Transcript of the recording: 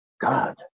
God